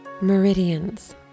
meridians